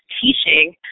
teaching